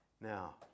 Now